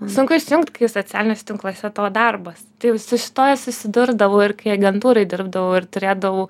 sunku išsijungt kai socialiniuose tinkluose tavo darbas tai su šituo susidurdavau ir kai agentūroj dirbdavau ir turėdavau